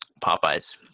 Popeyes